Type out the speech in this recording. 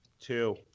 Two